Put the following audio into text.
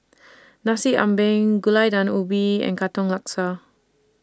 Nasi Ambeng Gulai Daun Ubi and Katong Laksa